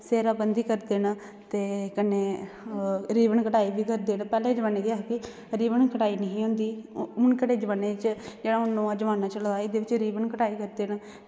सेह्राबंदी करदे न ते कन्नै रेबन कटाई बी करदे न पैह्ले जमान्नै केह् हा कि रेबन कटाई निं ही होंदी हून एह्कड़े जमान्ने च जेह्ड़ा हून नमां जमान्ना चला दा एह्दे बिच्च रेबन कटाई करदे न